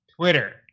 Twitter